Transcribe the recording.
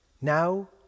Now